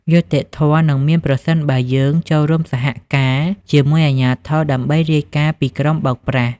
យុត្តិធម៌នឹងមាន ប្រសិនបើយើងចូលរួមសហការជាមួយអាជ្ញាធរដើម្បីរាយការណ៍ពីក្រុមបោកប្រាស់។